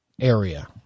area